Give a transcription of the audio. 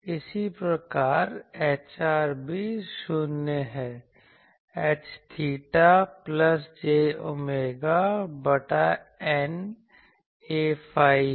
इसी प्रकार Hr भी 0 है H𝚹 प्लस j ओमेगा बटा η Aϕ है